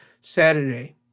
Saturday